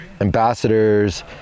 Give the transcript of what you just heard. ambassadors